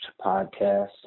podcast